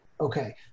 Okay